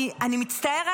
אני מצטערת,